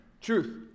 Truth